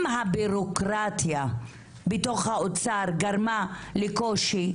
אם הביורוקרטיה באוצר גרמה לקושי,